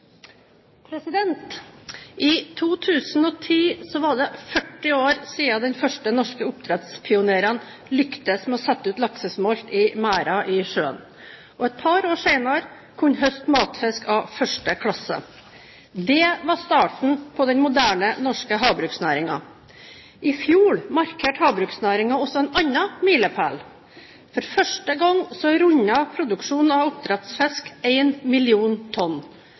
måte. I 2010 var det 40 år siden de første norske oppdrettspionerene lyktes med å sette ut laksesmolt i merder i sjøen, og et par år senere kunne de høste matfisk av første klasse. Det var starten på den moderne norske havbruksnæringen. I fjor markerte havbruksnæringen også en annen milepæl: For første gang rundet produksjonen av oppdrettsfisk én million tonn.